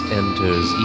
enters